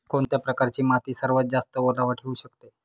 कोणत्या प्रकारची माती सर्वात जास्त ओलावा ठेवू शकते?